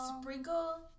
sprinkle